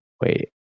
wait